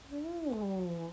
oh